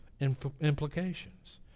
implications